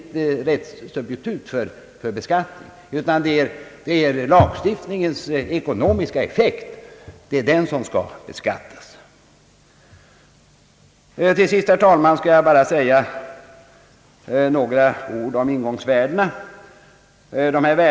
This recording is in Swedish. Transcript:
Till sist, herrr talman, skall jag bara säga några ord om ingångsvärdena.